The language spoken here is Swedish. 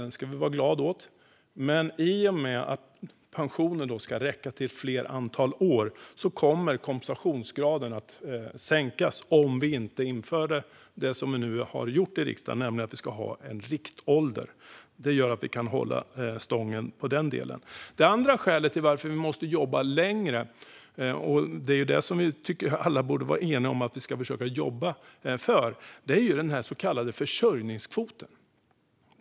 Den ska vi vara glada över, men i och med att pensionen ska räcka till ett större antal år kommer kompensationsgraden att sänkas om vi inte inför det som vi nu har gjort i riksdagen, nämligen en riktålder. Det gör att vi kan hålla det hela stången i den delen. Det andra skälet till att vi måste jobba längre - och Kristdemokraterna tycker att alla borde vara eniga om att jobba för det - är den så kallade försörjningskvoten.